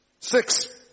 Six